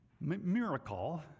miracle